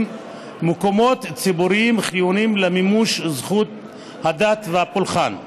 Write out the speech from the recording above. הם מקומות ציבוריים חיוניים למימוש זכות הדת והפולחן,